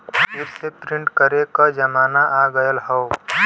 फिर से प्रिंट करे क जमाना आ गयल हौ